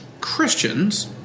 Christians